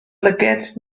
lygaid